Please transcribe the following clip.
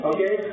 Okay